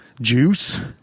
Juice